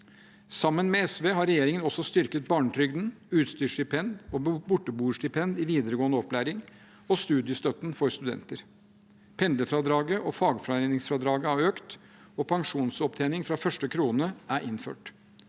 Sammen med SV har regjeringen også styrket barnetrygden, utstyrsstipend og borteboerstipend i videregående opplæring og studiestøtten for studenter. Pendlerfradraget og fagforeningsfradraget har økt, og pensjonsopptjening fra første krone er innført.